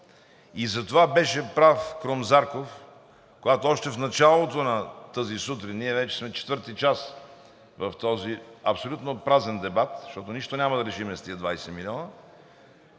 И затова беше прав Крум Зарков, когато още в началото на тази сутрин, ние вече сме четвърти час в този абсолютно празен дебат, защото нищо няма да решим с тези 20 милиона,